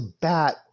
bat